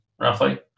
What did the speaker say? roughly